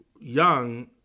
young